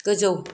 गोजौ